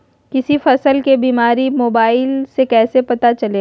किसी फसल के बीमारी मोबाइल से कैसे पता चलेगा?